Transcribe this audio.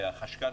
והחשכ"ל,